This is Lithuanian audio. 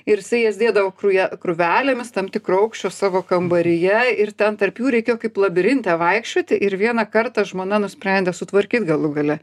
ir jisai jas dėdavo krūje krūvelėmis tam tikro aukščio savo kambaryje ir ten tarp jų reikėjo kaip labirinte vaikščioti ir vieną kartą žmona nusprendė sutvarkyt galų gale